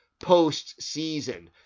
postseason